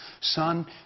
Son